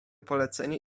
polecenie